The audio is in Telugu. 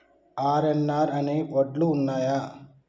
ఆర్.ఎన్.ఆర్ అనే వడ్లు ఉన్నయా?